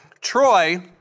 Troy